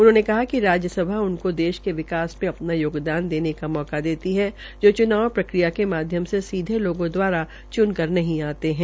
उन्होंने कहा कि राज्य सभा उनको देश के विकास में अपना योगदान देनेका मौका देती है जो च्नाव प्रक्रिया के माध्यम से सीधे लोगों दवारा चूनकर नहीं आते है